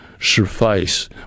suffice